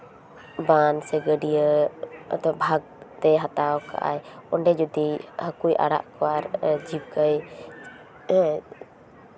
ᱵᱟᱸᱫᱷ ᱥᱮ ᱜᱟᱹᱰᱭᱟᱹ ᱦᱚᱭᱛᱳ ᱵᱷᱟᱜᱽ ᱛᱮ ᱦᱟᱛᱟᱣ ᱟᱠᱟᱫ ᱟᱭ ᱚᱸᱰᱮ ᱡᱩᱫᱤ ᱦᱟᱹᱠᱩᱭ ᱟᱲᱟᱜ ᱠᱚᱣᱟᱭ ᱟᱨ ᱡᱤᱵᱠᱟᱹᱭ ᱦᱮᱸ